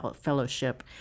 Fellowship